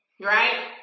Right